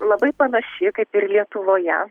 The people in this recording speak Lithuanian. labai panaši kaip ir lietuvoje